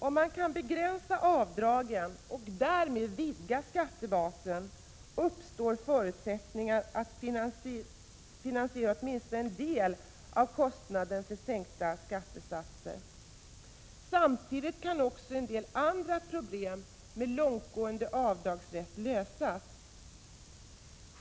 Om man kan begränsa avdragen och därmed vidga skattebasen, uppstår förutsättningar för att finansiera åtminstone en del av kostnaderna för sänkta skattesatser. Samtidigt kan också en del problem med en långtgående avdragsrätt lösas.